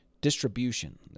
distribution